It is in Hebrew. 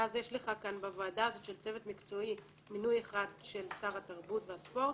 ואז יש לך בוועדה הזו של הצוות המקצועי מינוי אחד של שר התרבות והספורט,